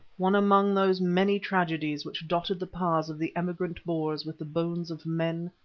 one among those many tragedies which dotted the paths of the emigrant boers with the bones of men,